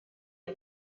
are